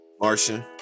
Martian